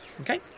Okay